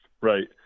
Right